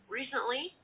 recently